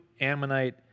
Ammonite